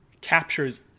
captures